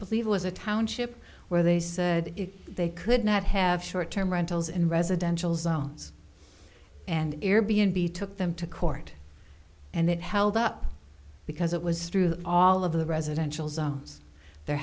believe was a township where they said they could not have short term rentals in residential zones and air b n b took them to court and it held up because it was through all of the residential zones there